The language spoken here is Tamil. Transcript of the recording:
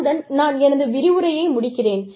இத்துடன் நான் எனது விரிவுரையை முடிக்கிறேன்